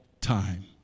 time